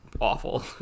awful